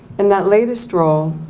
in that latest role,